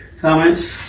comments